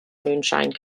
moonshine